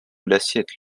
l’assiette